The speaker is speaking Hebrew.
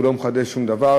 הוא לא מחדש שום דבר,